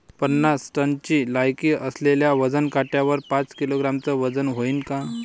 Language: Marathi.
पन्नास टनची लायकी असलेल्या वजन काट्यावर पाच किलोग्रॅमचं वजन व्हईन का?